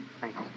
Thanks